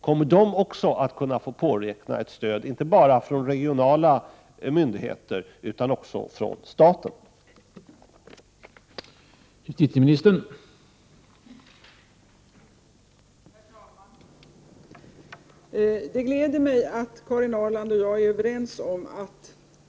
Kommer också de organisationerna att få påräkna ett stöd, inte bara från regionala myndigheter utan även från staten?